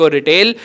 Retail